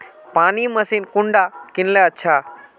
पानी मशीन कुंडा किनले अच्छा?